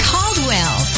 Caldwell